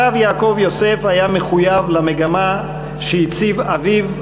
הרב יעקב יוסף היה מחויב למגמה שהציב אביו,